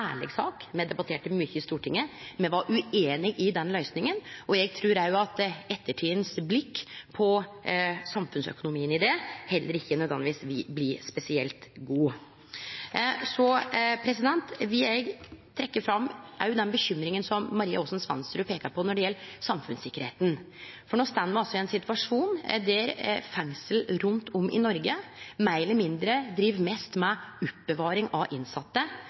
ærleg sak. Me debatterte det mykje i Stortinget, me var ueinige i den løysinga, og eg trur òg at ettertidas blikk på samfunnsøkonomien i det heller ikkje nødvendigvis vil bli spesielt godt. Så vil eg òg trekkje fram den bekymringa som representanten Maria Aasen-Svensrud peika på når det gjeld samfunnssikkerheita. For no står me altså i ein situasjon der fengsel rundt om i Noreg meir eller mindre driv mest med oppbevaring av innsette,